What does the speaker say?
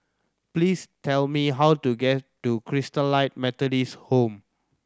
please tell me how to get to Christalite Methodist Home